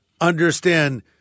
understand